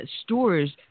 stores